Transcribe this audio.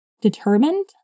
determined